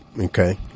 okay